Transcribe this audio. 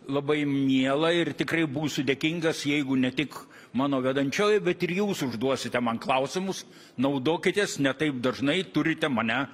labai miela ir tikrai būsiu dėkingas jeigu ne tik mano vedančioji bet ir jūs užduosite man klausimus naudokitės ne taip dažnai turite mane